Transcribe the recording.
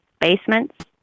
basements